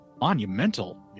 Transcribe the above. monumental